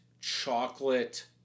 chocolate